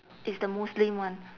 it's the muslim one